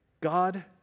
God